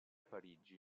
parigi